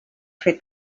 fer